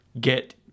get